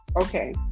okay